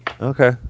Okay